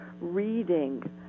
reading